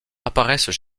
apparaissent